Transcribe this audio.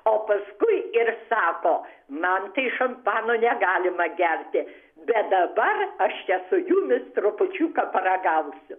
o paskui ir sako man tai šampano negalima gerti bet dabar aš čia su jumis trupučiuką paragausiu